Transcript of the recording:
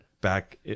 back